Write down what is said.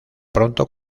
pronto